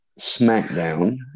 SmackDown